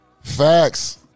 Facts